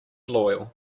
loyal